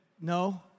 no